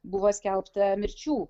buvo skelbta mirčių